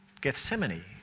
Gethsemane